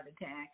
attack